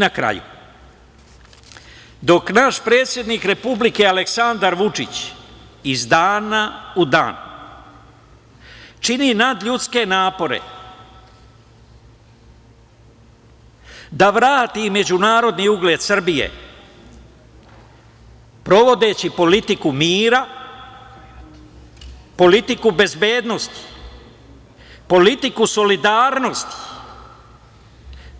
Na kraju, dok naš predsednik Republike Aleksandar Vučić iz dana u dan čini nadljudske napore da vrati međunarodni ugled Srbije, provodeći politiku mira, politiku bezbednosti, politiku solidarnosti,